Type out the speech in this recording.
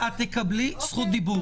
תקבלי זכות דיבור.